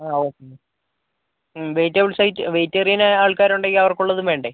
ആ okay vegetables vegetarian ആൾക്കാരുണ്ടെങ്കിൽ അവർക്കുള്ളതും വേണ്ടേ